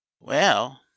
Well